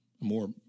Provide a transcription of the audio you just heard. more